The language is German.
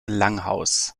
langhaus